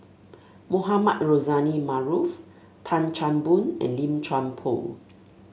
Mohamed Rozani Maarof Tan Chan Boon and Lim Chuan Poh